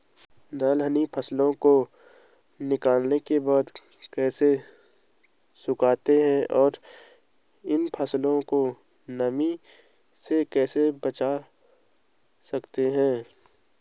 दलहनी फसलों को निकालने के बाद कैसे सुखाते हैं और इन फसलों को नमी से कैसे बचा सकते हैं?